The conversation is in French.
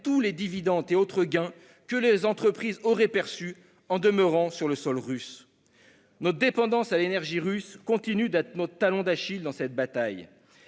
tous les dividendes et autres gains que les entreprises auraient perçus en demeurant sur le sol russe ? Notre dépendance à l'énergie russe continue d'être notre talon d'Achille dans cette bataille